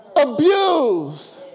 Abused